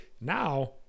now